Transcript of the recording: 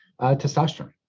testosterone